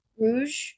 rouge